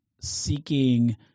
seeking